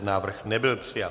Návrh nebyl přijat.